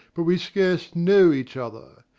but we scarce know each other.